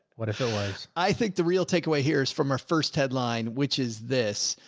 what if it was, i think the real takeaway here is from our first headline, which is this,